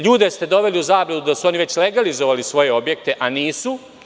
Ljude ste doveli u zabludu da su oni već legalizovali svoje objekte, a nisu.